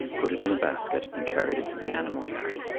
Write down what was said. put it in a basket, and carried it to the animal yard.